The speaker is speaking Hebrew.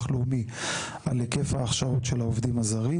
לאומי על היקף ההכשרות של העובדים הזרים.